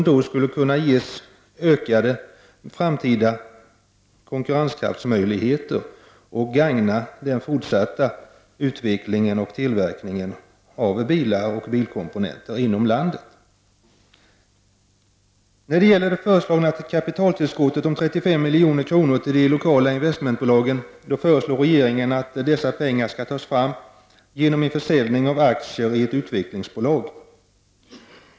Det skulle kunna öka företagets framtida konkurrensmöjligheter och gagna den fortsatta utvecklingen och tillverkningen av bilar och bilkomponenter inom landet. När det gäller det föreslagna kapitaltillskottet om 35 milj.kr. till de lokala investmentbolagen föreslår regeringen att dessa pengar skall tas fram genom en försäljning av aktier i ett utvecklingsbolag.